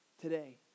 today